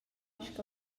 sco